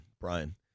Brian